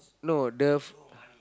no the